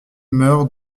meurent